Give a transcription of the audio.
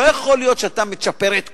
לא יכול להיות שאתה מצ'פר את כולם.